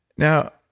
now,